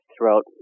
throughout